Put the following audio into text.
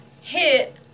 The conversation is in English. hit